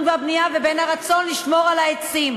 והבנייה ובין הרצון לשמור על העצים.